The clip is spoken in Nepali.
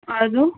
आलु